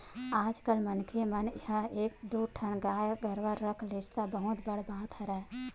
आजकल मनखे मन ह एक दू ठन गाय गरुवा रख लिस त बहुत बड़ बात हरय